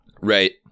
Right